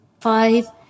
Five